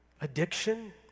addiction